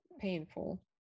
painful